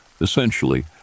Essentially